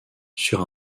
sur